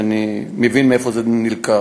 ואני מבין מאיפה זה נלקח,